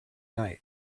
night